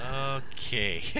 Okay